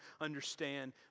understand